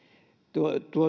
tuo